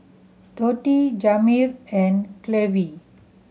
Dotty Jamir and Clevie